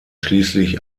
schließlich